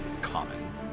common